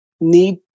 need